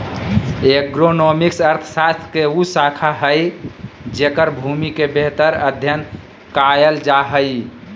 agronomics अर्थशास्त्र के उ शाखा हइ जेकर भूमि के बेहतर अध्यन कायल जा हइ